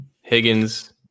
Higgins